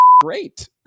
Great